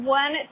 one